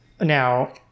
now